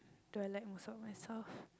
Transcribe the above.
do I like most of myself